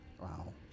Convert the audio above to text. Wow